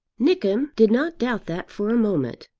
nickem did not doubt that for a moment,